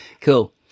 Cool